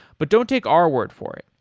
but don't take our word for it,